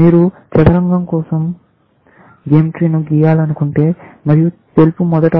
మీరు చదరంగం కోసం గేమ్ ట్రీ ను గీయాలనుకుంటే మరియు తెలుపు మొదట